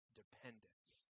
dependence